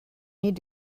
need